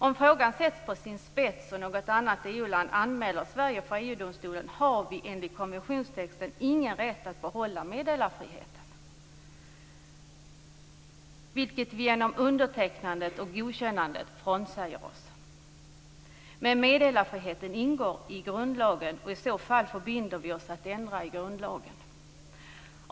Om frågan ställs på sin spets och något annat EU land anmäler Sverige till EU-domstolen, har vi enligt konventionstexten ingen rätt att behålla meddelarfriheten, vilken vi genom undertecknandet och godkännandet frånsäger oss. Men meddelarfriheten ingår i grundlagen, och i så fall förbinder vi oss att ändra grundlagen.